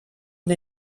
und